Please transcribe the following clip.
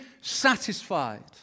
satisfied